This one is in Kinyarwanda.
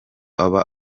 aba